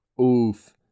Oof